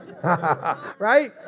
right